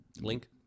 Link